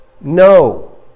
No